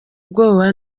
ubwoba